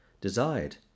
desired